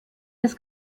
des